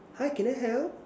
hi can I help